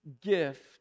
gift